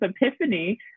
epiphany